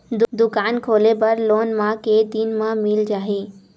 दुकान खोले बर लोन मा के दिन मा मिल जाही?